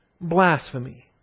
blasphemy